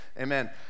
amen